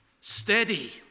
Steady